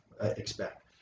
expect